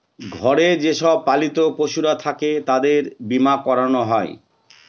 ঘরে যে সব পালিত পশুরা থাকে তাদের বীমা করানো হয়